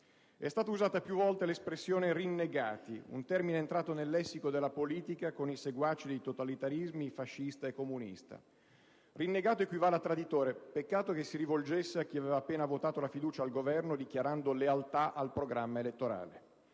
È stata usata più volte l'espressione "rinnegati", un termine entrato nel lessico della politica con i seguaci dei totalitarismi fascista e comunista. "Rinnegato" equivale a traditore; peccato che ci si rivolgesse a chi aveva appena votato la fiducia al Governo dichiarando lealtà al programma elettorale!